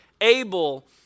Abel